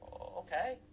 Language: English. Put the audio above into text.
Okay